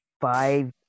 five